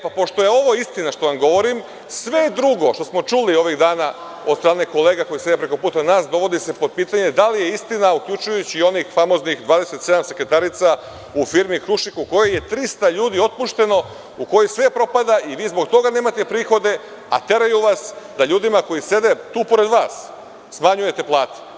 Pošto je ovo istina što vam govorim, sve drugo što smo čuli ovih dana od strane kolega koji sede prekoputa nas dovodi se pod pitanje da li je istina, uključujući i onih famoznih 27 sekretarica u firmi „Krušik“, u kojoj je 300 ljudi otpušteno, u kojoj sve propada i vi zbog toga nemate prihode, a teraju vas da ljudima koji sede tu pored vas smanjujete plate.